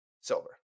Silver